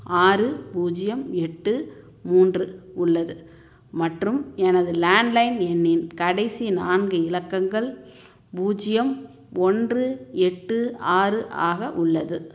ஆறு பூஜ்ஜியம் எட்டு மூன்று உள்ளது மற்றும் எனது லேண்ட் லைன் எண்ணின் கடைசி நான்கு இலக்கங்கள் பூஜ்ஜியம் ஒன்று எட்டு ஆறு ஆக உள்ளது